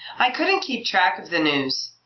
i couldn't keep track of the news.